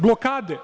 Blokade?